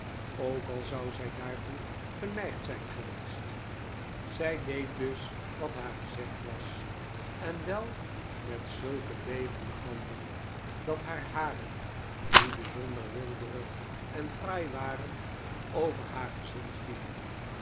ook al zou zij daartoe geneigd zijn geweest zij deed dus wat haar gezegd was en wel met zulke bevende handen dat haar haren die bijzonder weelderig en fraai waren over haar gezicht vielen